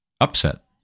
upset